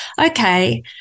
Okay